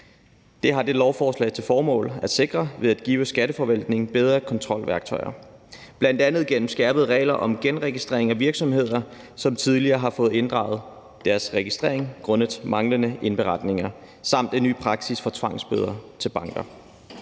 Det har det lovforslag til formål at sikre ved at give Skatteforvaltningen bedre kontrolværktøjer, bl.a. gennem skærpede regler om genregistrering af virksomheder, som tidligere har fået inddraget deres registrering grundet manglende indberetninger, samt en ny praksis for tvangsbøder til banker.